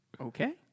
Okay